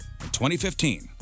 2015